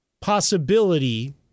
possibility